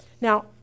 Now